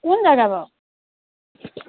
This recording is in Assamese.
কোন জেগা বাৰু